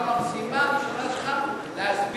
ואמר לו: המשימה הראשונה שלך להסביר,